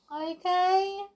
okay